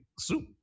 soup